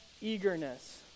eagerness